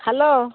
hello